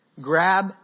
grab